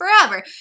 forever